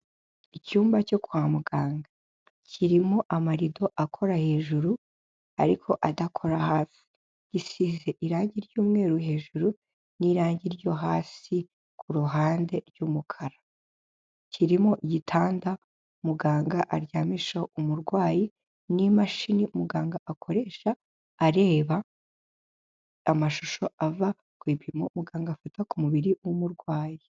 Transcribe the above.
Icyumba cyo kwa muganga kirimo amarido akora hejuru ariko adakora hasi, gisize irangi ry'umweru hejuru n'irangi ryo hasi ku ruhande ry'umukara, kirimo igitanda muganga aryamishaho umurwayi n'imashini muganga akoresha areba amashusho ava ku bipimo muganga afata ku mubiri w'umurwayi.